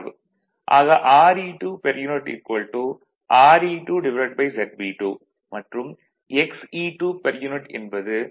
ஆக Re2 per unit Re2ZB2 மற்றும் Xe2 per unit Xe2 ZB2